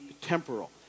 temporal